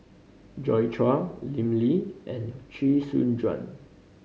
Joi Chua Lim Lee and Chee Soon Juan